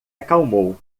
acalmou